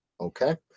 Okay